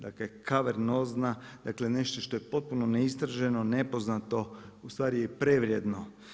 Dakle kavernozna dakle nešto što je potpuno neistraženo, nepoznato, ustvari i prevrijedno.